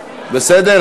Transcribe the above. בסדר?